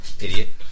idiot